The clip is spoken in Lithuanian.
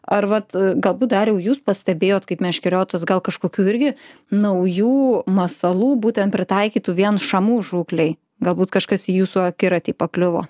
ar vat galbūt dariau jūs pastebėjot kaip meškeriotojas gal kažkokių irgi naujų masalų būtent pritaikytų vien šamų žūklei galbūt kažkas į jūsų akiratį pakliuvo